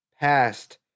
past